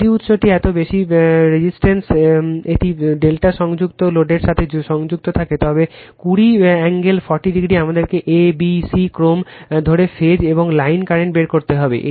যদি উত্সটি এত বেশি প্রতিবন্ধকতার একটি ∆ সংযুক্ত লোডের সাথে সংযুক্ত থাকে তবে 20 কোণ 40o আমাদেরকে abc ক্রম ধরে ফেজ এবং লাইন কারেন্ট বের করতে হবে